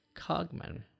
Cogman